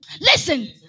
Listen